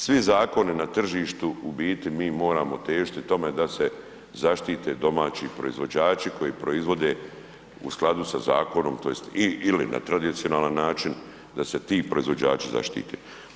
Svi zakoni na tržištu u biti moramo težiti tome da se zaštite domaći proizvođači koji proizvode u skladu sa zakonom tj. i/ili na tradicionalan način, da se ti proizvođači zaštite.